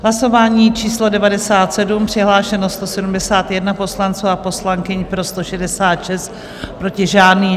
Hlasování číslo 97, přihlášeno 171 poslanců a poslankyň, pro 166, proti žádný.